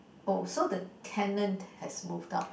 oh so the tenant has move out